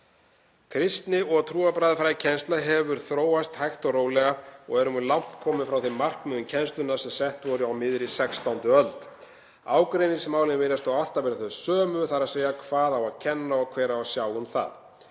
Kristin- og trúarbragðafræðikennsla hefur þróast hægt og rólega og erum við langt komin frá þeim markmiðum kennslunnar sem sett voru á miðri 16. öld. Ágreiningsmálin virðast þó ávallt þau sömu, þ.e. hvað á að kenna og hver á að sjá um það.